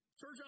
Church